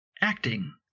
acting